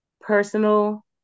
personal